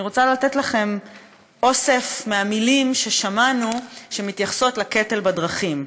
אני רוצה לתת לכם אוסף מהמילים ששמענו שמתייחסות לקטל בדרכים.